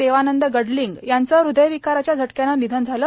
देवानंद गडलिंग यांचे हृदयविकाराच्या झटक्याने निधन झाले